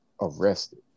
arrested